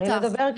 בטח.